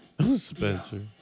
Spencer